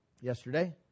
yesterday